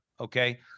Okay